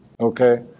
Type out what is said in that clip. okay